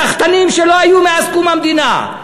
סחטנים שלא היו מאז קום המדינה,